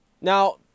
Now